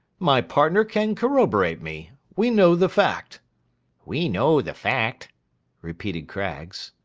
my partner can corroborate me. we know the fact we know the fact repeated craggs.